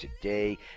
today